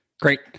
Great